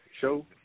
show